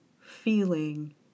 feeling